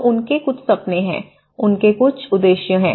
तो उनके कुछ सपने हैं उनके कुछ उद्देश्य हैं